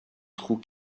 trou